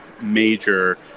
major